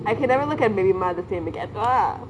I can never look at milimah the same again ugh